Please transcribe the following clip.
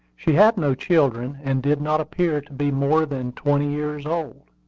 she had no children, and did not appear to be more than twenty years old.